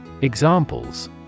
Examples